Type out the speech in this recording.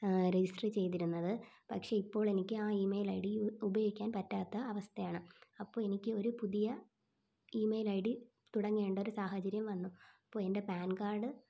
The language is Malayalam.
രജിസ്റ്ററ് ചെയ്തിരുന്നത് പക്ഷേ ഇപ്പോളെനിക്ക് ആ ഈമെയിൽ ഐ ഡി ഉപയോഗിക്കാൻ പറ്റാത്ത അവസ്ഥയാണ് അപ്പോൾ എനിക്ക് ഒരു പുതിയ ഈമെയിൽ ഐ ഡി തുടങ്ങേണ്ടയൊരു സാഹചര്യം വന്നു അപ്പോൾ എൻ്റെ പാൻ കാഡ്